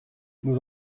nous